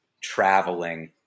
traveling